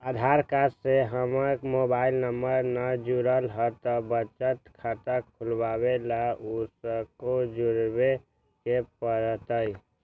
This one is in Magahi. आधार कार्ड से हमर मोबाइल नंबर न जुरल है त बचत खाता खुलवा ला उकरो जुड़बे के पड़तई?